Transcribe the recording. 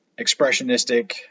expressionistic